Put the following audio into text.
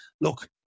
look